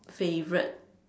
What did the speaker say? favourite